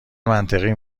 منطقی